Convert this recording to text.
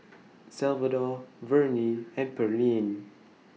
Salvador Vernie and Pearlene